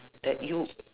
that you